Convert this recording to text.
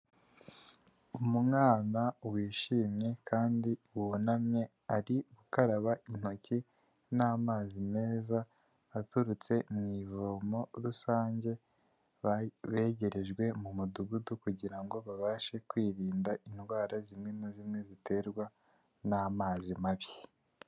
Umwana wishimye kandi wunamye ari gukaraba intoki n'amazi meza aturutse mu ivomo rusange begerejwe mumudugudu kugirango babashe kwirinda indwara zimwe na zimwe ziterwa n'amazi mabi.